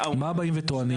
מה באים וטוענים?